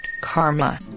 karma